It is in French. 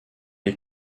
est